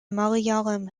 malayalam